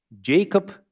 Jacob